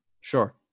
Sure